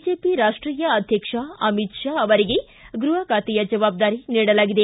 BJP ರಾಷ್ವೀಯ ಅಧ್ಯಕ್ಷ ಅಮಿತ್ ಶಾ ಅವರಿಗೆ ಗೃಹ ಖಾತೆಯ ಜವಾಬ್ದಾರಿ ನೀಡಲಾಗಿದೆ